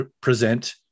present